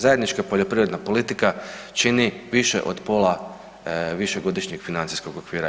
Zajednička poljoprivredna politika čini više od pola višegodišnjeg financijskog okvira EU.